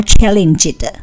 challenged